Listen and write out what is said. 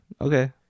Okay